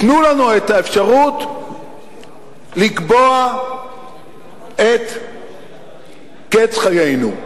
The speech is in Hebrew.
תנו לנו את האפשרות לקבוע את קץ חיינו.